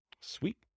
Sweet